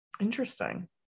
interesting